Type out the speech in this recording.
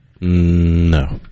No